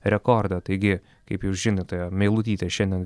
rekordą taigi kaip jau žinote meilutytė šiandien